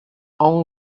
own